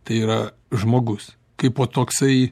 tai yra žmogus kaipo toksai